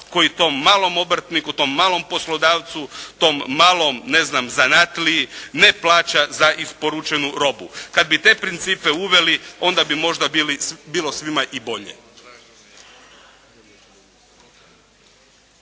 koji tom malom obrtniku, tom malom poslodavcu, tom malom ne znam zanatliji, ne plaća za isporučenu robu. Kada bi te principe uveli onda bi možda bilo svima i bolje.